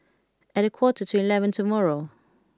at a quarter to eleven tomorrow